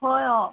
হয় অঁ